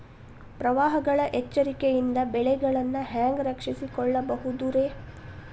ಪ್ರವಾಹಗಳ ಎಚ್ಚರಿಕೆಯಿಂದ ಬೆಳೆಗಳನ್ನ ಹ್ಯಾಂಗ ರಕ್ಷಿಸಿಕೊಳ್ಳಬಹುದುರೇ?